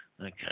Okay